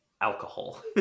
Alcohol